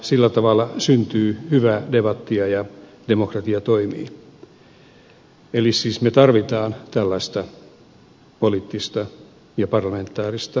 sillä tavalla syntyy hyvää debattia ja demokratia toimii eli siis me tarvitsemme tällaista poliittista ja parlamentaarista keskustelua